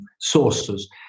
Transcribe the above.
sources